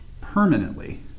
permanently